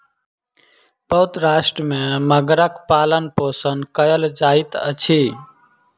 बहुत राष्ट्र में मगरक पालनपोषण कयल जाइत अछि